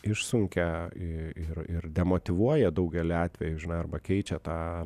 išsunkia i ir ir demotyvuoja daugeliu atvejų arba keičia tą